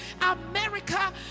America